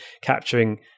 capturing